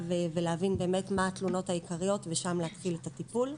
ולהבין באמת מה התלונות העיקריות ושם להתחיל את הטיפול.